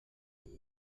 تفاوت